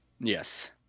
Yes